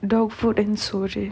dog food and soru